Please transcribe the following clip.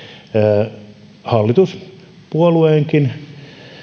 täytyy antaa hallituspuolueenkin